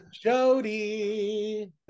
Jody